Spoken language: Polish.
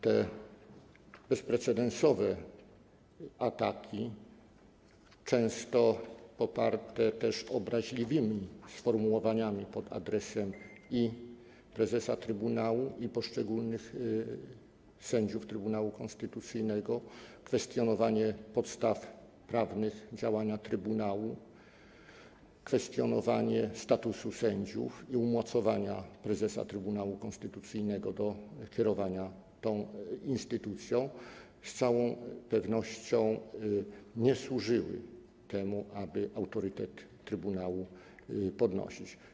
Te bezprecedensowe ataki, często poparte też obraźliwymi sfomułowaniami pod adresem i prezes trybunału, i poszczególnych sędziów Trybunału Konstytucyjnego, kwestionowanie podstaw prawnych działania trybunału, kwestionowanie statusu sędziów i umocowania prezes Trybunału Konstytucyjnego do kierowania tą instytucją z całą pewnością nie służyły temu, aby autorytet trybunału podnosić.